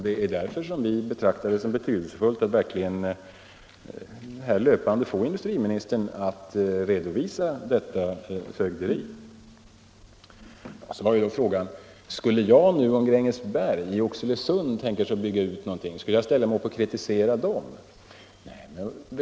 Det är därför som vi ser det så betydelsefullt att löpande få industriministern att redovisa detta fögderi. Sedan ställdes också frågan: Om Grängesberg i Oxelösund tänker sig att bygga ut, skulle jag då ställa mig upp och kritisera det?